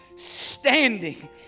standing